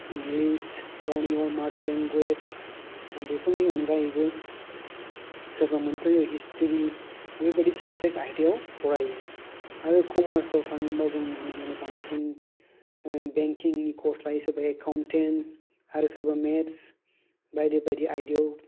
English गावनि अउन माडार लेंगुवेज आर बेफोरनि अनगायैबो सोरबा हिसट्रि बेफोरबायदि सबजेक्ट आयदायाव फरायो आरो कमार्स आव थाङोब्ला जोङो नुनो मोनो बांसिन बेंखिंनि कर्स लायो सोरबाया एकावनटेन्ट आरो सोरबा मेट्स बायदि बायदि आयदायाव